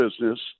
business